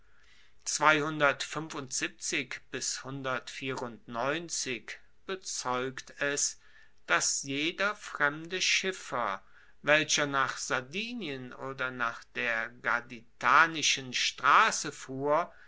bezeugt es dass jeder fremde schiffer welcher nach sardinien oder nach der gaditanischen strasse fuhr